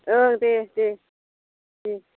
ओं दे दे दे